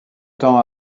temps